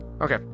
Okay